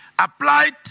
applied